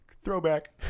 throwback